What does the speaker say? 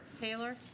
Taylor